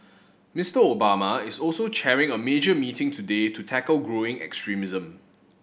Mister Obama is also chairing a major meeting today to tackle growing extremism